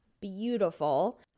beautiful